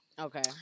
Okay